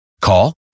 Call